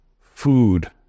food